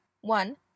one